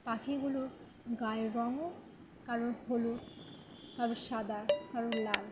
পাখিগুলোর গায়ের রঙও কারোর হলুদ কারোর সাদা কারোর লাল